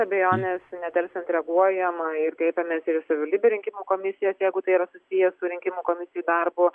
be abejonės nedelsiant reaguojam ir kreipėmės į savivaldybių rinkimų komisijas jeigu tai yra susiję su rinkimų komisijų darbu